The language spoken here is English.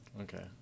Okay